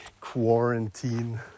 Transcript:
quarantine